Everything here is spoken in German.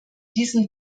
diesem